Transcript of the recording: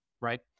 right